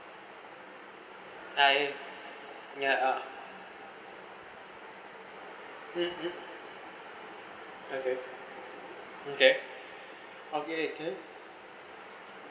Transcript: I ya okay okay okay okay